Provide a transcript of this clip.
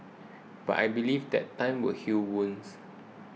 but I believe that time will heal wounds